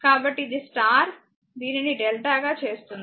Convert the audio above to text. కాబట్టి ఇది స్టార్ దీనిని డెల్టాగా చేస్తుంది